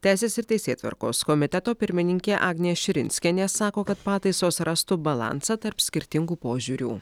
teisės ir teisėtvarkos komiteto pirmininkė agnė širinskienė sako kad pataisos rastų balansą tarp skirtingų požiūrių